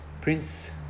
Prince